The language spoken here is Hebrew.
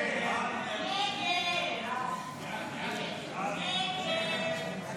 הסתייגות 7 לא נתקבלה.